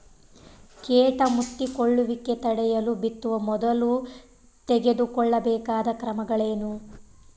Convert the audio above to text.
ಕೇಟ ಮುತ್ತಿಕೊಳ್ಳುವಿಕೆ ತಡೆಯಲು ಬಿತ್ತುವ ಮೊದಲು ತೆಗೆದುಕೊಳ್ಳಬೇಕಾದ ಕ್ರಮಗಳೇನು?